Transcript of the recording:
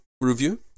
review